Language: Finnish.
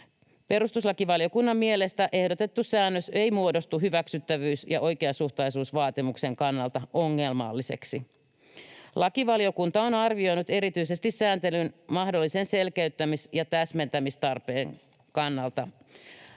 Perustuslakivaliokunnan mielestä ehdotettu säännös ei muodostu hyväksyttävyys- ja oikeasuhtaisuusvaatimuksen kannalta ongelmalliseksi. Lakivaliokunta on arvioinut tuota asiaa erityisesti sääntelyn mahdollisen selkeyttämis- ja täsmentämistarpeen kannalta